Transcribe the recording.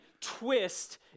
twist